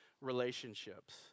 relationships